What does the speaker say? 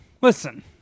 Listen